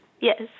Yes